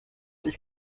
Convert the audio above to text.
ich